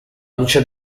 luce